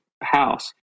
house